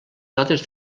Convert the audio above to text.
notes